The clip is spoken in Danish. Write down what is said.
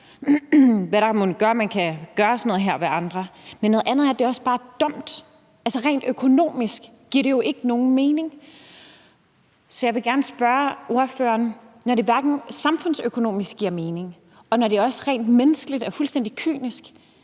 hvad der mon gør, at man kan gøre sådan noget her ved andre. Men noget andet er, at det også bare er dumt. Altså, rent økonomisk giver det jo ikke nogen mening. Så jeg vil gerne spørge ordføreren: Når det ikke samfundsøkonomisk giver nogen mening, og når det også rent menneskeligt er fuldstændig kynisk,